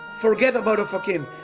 forget about ofakim.